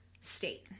state